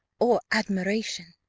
or admiration.